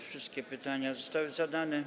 Wszystkie pytania zostały zadane.